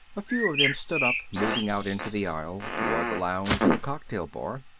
a few of them stood up, moving out into the aisle, toward the lounge and the cocktail bar.